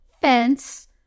fence